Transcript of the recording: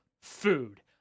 food